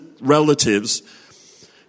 relatives